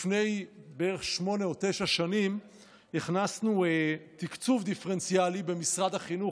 לפני בערך שמונה או תשע שנים הכנסנו תקצוב דיפרנציאלי במשרד החינוך,